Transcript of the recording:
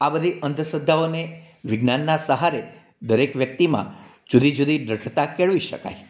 આ બધી અંધશ્રદ્ધાઓને વિજ્ઞાનના સહારે દરેક વ્યક્તિમાં જુદી જુદી દ્રઢતા કેડવી શકાય